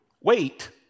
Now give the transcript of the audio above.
wait